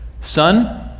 son